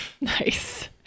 Nice